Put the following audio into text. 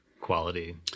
quality